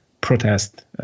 protest